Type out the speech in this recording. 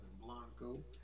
Blanco